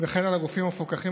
וכן על הגופים המפוקחים,